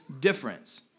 difference